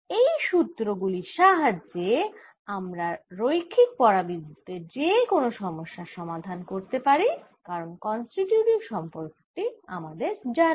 এই সুত্র গুলির সাহায্যে আমরা রৈখিক পরাবিদ্যুতের যে কোন সমস্যার সমাধান করতে পারি কারণ কন্সটিটিউটিভ সম্পর্ক টি আমাদের জানা